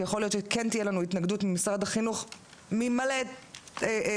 שיכול להיות שכן תהיה לנו התנגדות ממשרד החינוך ממלא שיקולים,